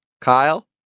Kyle